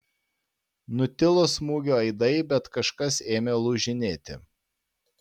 nutilo smūgio aidai bet kažkas ėmė lūžinėti